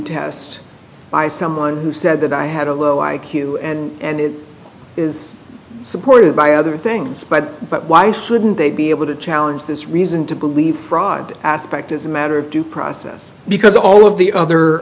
test by someone who said that i had a low i q and it is supported by other things but but why shouldn't they be able to challenge this reason to believe fraud aspect is a matter of due process because all of the other